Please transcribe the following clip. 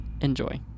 enjoy